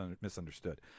misunderstood